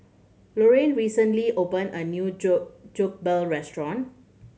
Luanne recently open a new Jokbal restaurant